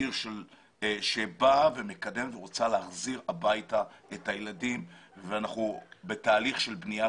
עיר שבאה ומקדמת ורוצה להחזיר הביתה את הילדים ואנחנו בתהליך של בניית